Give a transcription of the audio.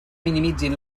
minimitzin